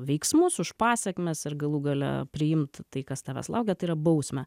veiksmus už pasekmes ir galų gale priimt tai kas tavęs laukia tai yra bausmę